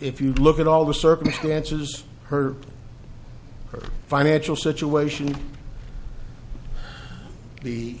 if you look at all the circumstances her financial situation the